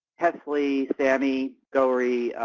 kesley, sami, gauri,